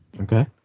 Okay